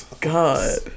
God